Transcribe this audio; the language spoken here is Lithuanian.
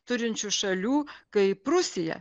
turinčių šalių kaip rusija